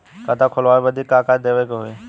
खाता खोलावे बदी का का देवे के होइ?